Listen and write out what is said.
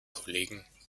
kollegen